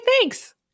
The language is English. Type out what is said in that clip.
thanks